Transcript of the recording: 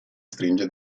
stringe